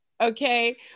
okay